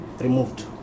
removed